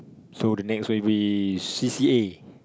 so the next will be c_c_a